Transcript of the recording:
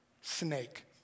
Snake